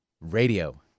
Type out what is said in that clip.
radio